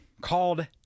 called